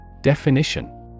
Definition